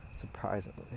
Surprisingly